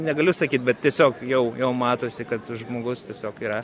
negaliu sakyt bet tiesiog jau jau matosi kad žmogus tiesiog yra